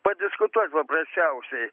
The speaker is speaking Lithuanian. padiskutuot paprasčiausiai